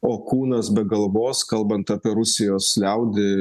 o kūnas be galvos kalbant apie rusijos liaudį